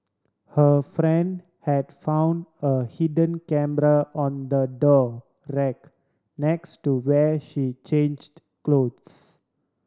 her friend had found a hidden camera on the door rack next to where she changed clothes